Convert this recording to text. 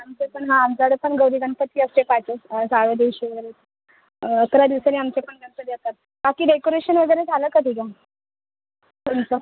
आमचे पण ना आमच्याकडे पण गौरी गणपती असते पाच दिवस सहाव्या दिवशी वगैरे अकरा दिवसनी आमचे पण गणपती असतात बाकी डेकोरेशन वगैरे झालं का तुझं तुमचं